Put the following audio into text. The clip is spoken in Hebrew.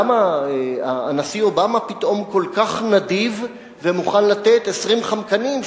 למה הנשיא אובמה פתאום כל כך נדיב ומוכן לתת 20 "חמקנים",